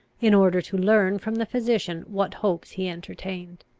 in order to learn from the physician what hopes he entertained.